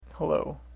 Hello